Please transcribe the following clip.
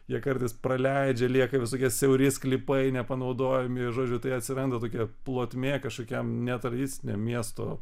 jie kartais praleidžia lieka visokie siauri sklypai nepanaudojami žodžiu tai atsiranda tokia plotmė kažkokiam netradiciniam miesto